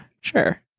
sure